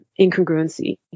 incongruency